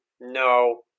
no